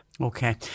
Okay